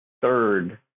third